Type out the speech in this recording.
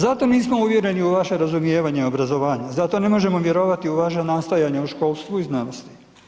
Zato nismo uvjereni u vaše razumijevanje obrazovanja, zato ne možemo vjerovati u vaše nastojanja u školstvu i znanosti.